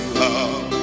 love